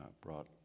brought